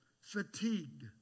Fatigued